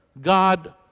God